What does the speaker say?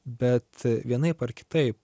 bet vienaip ar kitaip